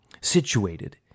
situated